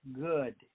good